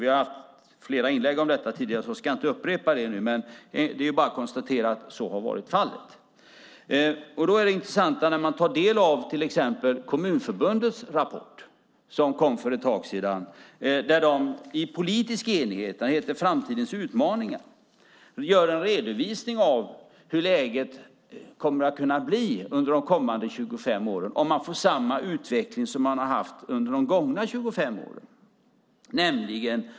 Vi har haft flera inlägg om det tidigare, så jag ska inte upprepa det. Det är bara att konstatera att det är så. I Kommunförbundets rapport Framtidens utmaning som kom för ett tag sedan redovisar man i politisk enighet hur läget kan bli under de kommande 25 åren om utvecklingen är densamma som under de gångna 25 åren.